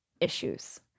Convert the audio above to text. issues